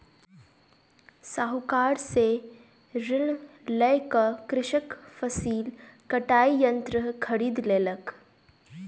साहूकार से ऋण लय क कृषक फसिल कटाई यंत्र खरीद लेलक